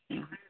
हं